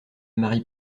marie